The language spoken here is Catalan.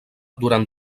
durant